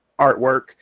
artwork